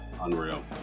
unreal